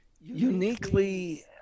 uniquely